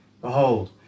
Behold